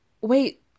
wait